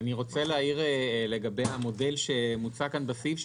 אני רוצה להעיר לגבי המודל שמוצע כאן בסעיף.